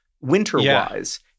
winter-wise